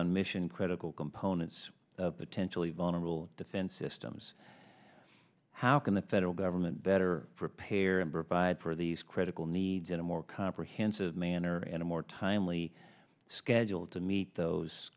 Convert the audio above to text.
on mission critical components potentially vulnerable defense systems how can the federal government better prepare and provide for these critical needs in a more comprehensive manner and a more timely schedule to meet those